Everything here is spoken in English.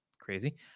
crazy